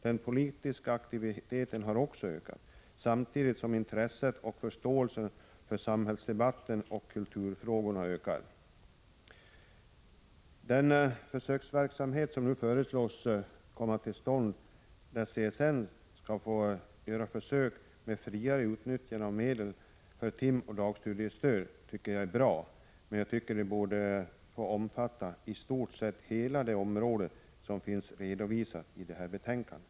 Den politiska aktiviteten har också ökat, samtidigt som intresset och förståelsen för samhällsdebatten och kulturfrågorna ökar. Den försöksverksamhet som nu föreslås komma till stånd, där CSN skall få göra försök med friare utnyttjande av medlen för timoch dagstudiestöd, är bra, men jag tycker att försöksverksamheten borde få omfatta i stort sett hela det område som finns redovisat i betänkandet.